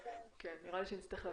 שנאמר קודם,